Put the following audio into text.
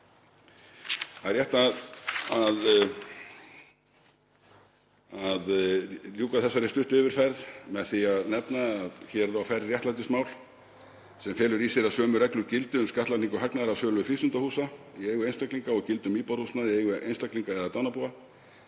Það er rétt að ljúka þessari stuttu yfirferð með því að nefna að hér er á ferð réttlætismál sem felur í sér að sömu reglur gildi um skattlagningu hagnaðar af sölu frístundahúsa í eigu einstaklinga og gilda um íbúðarhúsnæði í eigu einstaklinga eða dánarbúa.